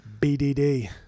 BDD